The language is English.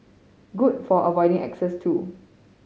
good for avoiding exes too